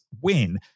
win